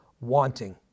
wanting